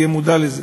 יהיה מודע לזה.